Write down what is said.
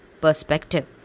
perspective